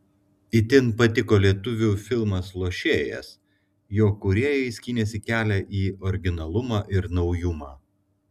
itin patiko lietuvių filmas lošėjas jo kūrėjai skynėsi kelią į originalumą ir naujumą